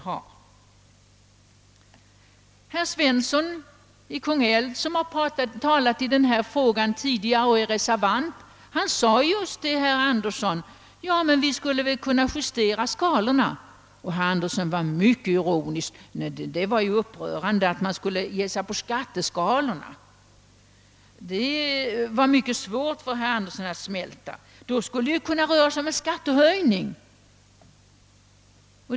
Herr Svensson i Kungälv, som talat tidigare i denna fråga och som är reservant, sade just till herr Anderson att vi skulle kunna justera skalorna. Herr Anderson ansåg dock detta mycket upprörande och svårt att smälta och tyckte att det då skulle röra sig om en skattehöjning.